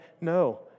No